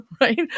right